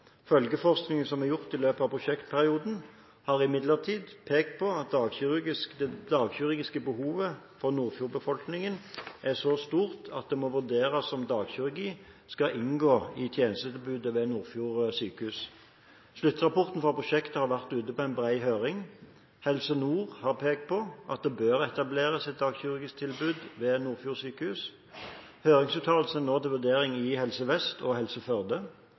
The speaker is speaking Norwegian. Følgeforskningen som er gjort i løpet av prosjektperioden, har imidlertid pekt på at det dagkirurgiske behovet for Nordfjord-befolkningen er så stort at det må vurderes om dagkirurgi skal inngå i tjenestetilbudet ved Nordfjord sjukehus. Sluttrapporten fra prosjektet har vært ute på bred høring. Helse Nord har pekt på at det bør etableres et dagkirurgisk tilbud ved Nordfjord sjukehus. Høringsuttalelsene er nå til vurdering i Helse Vest og i Helse Førde.